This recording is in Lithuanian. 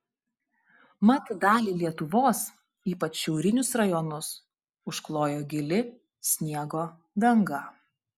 mat dalį lietuvos ypač šiaurinius rajonus užklojo gili sniego danga